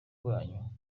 rwanyu